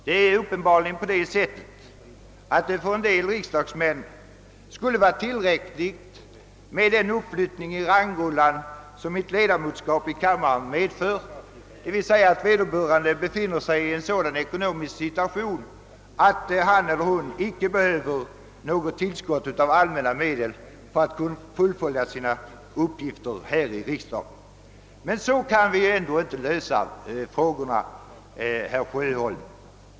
För en del riksdagsmän skulle det uppenbarligen vara tillräckligt med den uppflyttning i rangrullan som ett ledamotskap i kammaren medför; vederbörande befinner sig alltså i en sådan ekonomisk situation att han eller hon icke behöver något tillskott av allmänna medel för att fullgöra sina uppgifter här i riksdagen. Men på det sättet kan vi ju ändå inte lösa problemen, herr Sjöholm.